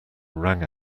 rang